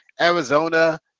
Arizona